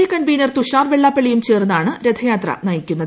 A convener Tushar വെള്ളാപ്പള്ളിയും ചേർന്നാണ് രഥയാത്ര നയിക്കുന്നത്